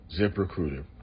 ZipRecruiter